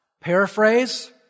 Paraphrase